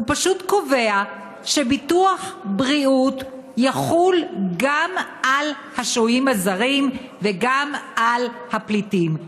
ופשוט קובע שביטוח בריאות יחול גם על השוהים הזרים וגם על הפליטים.